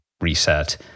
reset